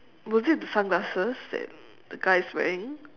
was it the sunglasses that the guy is wearing